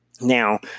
Now